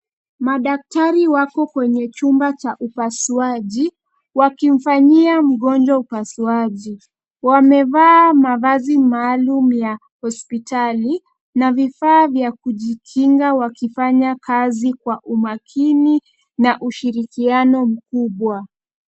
Madaktari wako kwenye chumba cha upasuaji, wakimfanyia mgonjwa upasuaji. Wamevaa mavazi maalum ya hospitali, na vifaa vya kujikinga wakifanya kazi kwa umakini na ushirikiano mkubwa.